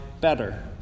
better